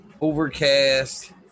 Overcast